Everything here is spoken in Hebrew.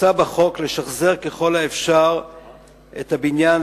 מוצע בחוק לשחזר ככל האפשר את הבניין,